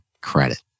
credit